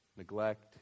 neglect